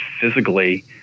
physically